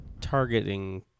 targeting